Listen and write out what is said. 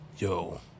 Yo